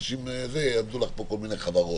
האנשים האלה יעבדו לך פה כל מיני חברות,